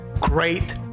Great